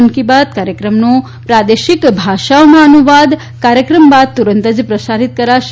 મન કી બાત કાર્યક્રમનો પ્રાદેશિક ભાષાઓમાં અનુવાદ કાર્યક્રમ બાદ તુરંત પ્રસારિત કરાશે